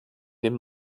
dem